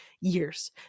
years